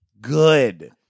good